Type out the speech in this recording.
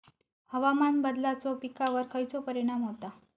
हवामान बदलाचो पिकावर खयचो परिणाम होता?